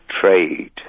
trade